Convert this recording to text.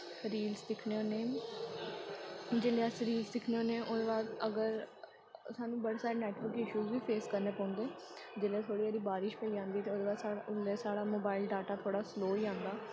reels दिक्खने होन्ने जिसलै अस रील्स दिक्खने होन्ने ओह्दे बाद अगर सानूं बड़े सारे नैटवर्क ईशूस बी फेस करने पौंदे जिसलै थोह्ड़ी हारी बारिश पेई जंदे ते उसलै सा उसलै साढ़ा मोबाइल डाटा थोह्ड़ा हारा स्लो होई जंदा